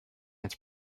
its